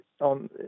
on